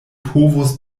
povus